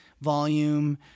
volume